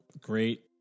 great